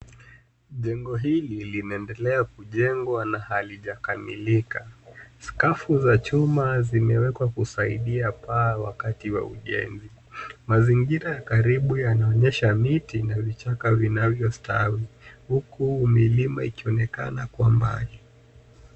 Jengo hili linaendelea kujengwa na halijakamilika. Scarf za chuma zimewekwa kusaidia kusaidia paa wakati wa ujenzi. Mazingira ya karibu yanaonyesha miti na vichaka vinavyostawi huku milima ikionekana kwa mbali.